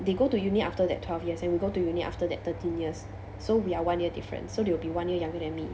they go to uni after that twelve years and we go to uni after that thirteen years so we are one year different so they will be one year younger than me